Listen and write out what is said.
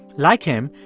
like him,